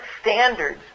standards